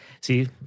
See